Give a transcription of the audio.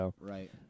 Right